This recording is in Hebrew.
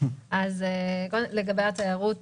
לגבי התיירות